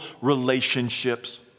relationships